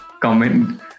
comment